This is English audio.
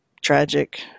tragic